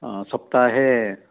सप्ताहे